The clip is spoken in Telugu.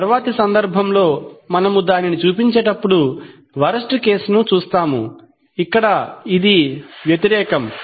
తరువాతి సందర్భంలో మనము దానిని చూపించేటప్పుడు వరెస్ట్ కేసు ను చూస్తాము ఇక్కడ ఇది వ్యతిరేకం